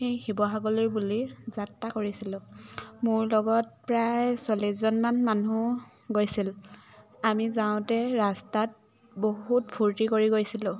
সেই শিৱসাগৰলৈ বুলি যাত্ৰা কৰিছিলোঁ মোৰ লগত প্ৰায় চল্লিছজনমান মানুহ গৈছিল আমি যাওঁতে ৰাস্তাত বহুত ফূৰ্তি কৰি গৈছিলোঁ